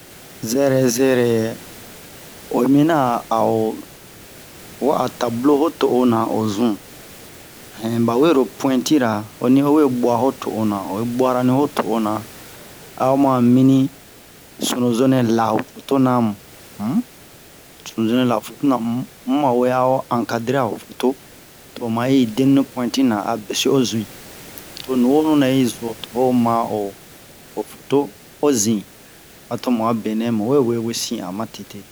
zɛrɛ zɛrɛ yɛ oyi miniɲan a o wa'a tabulo o to'o na o zun hɛn ɓa wero puwɛnti-ra honi o we ɓwa ho to'o na oyi bwara ni ho to'o na a o ma mi ni sunuzo nɛ la ho foto na mu um sunuzo nɛ la ho foto na mu mu ma we a o ankadre-ra ho foto to o ma i deni ni puwɛnti na a besi o zin to nuwonu nɛ yi zo to ho ma o o foto o zin a to mu a benɛ mu we wesin a matete